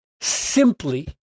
simply